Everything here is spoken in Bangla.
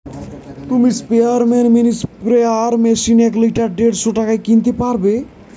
তুমি স্পেয়ারম্যান মিনি স্প্রেয়ার মেশিন এক লিটার দেড়শ টাকায় কিনতে পারবে